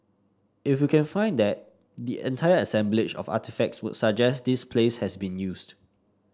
if we can find that the entire assemblage of artefacts would suggest this place has been used